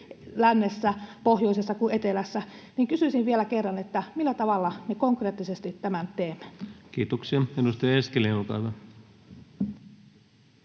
lännessä, pohjoisessa kuin etelässä, niin kysyisin vielä kerran: millä tavalla me konkreettisesti tämän teemme? Kiitoksia. — Edustaja Eskelinen, olkaa hyvä.